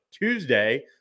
Tuesday